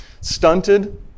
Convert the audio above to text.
stunted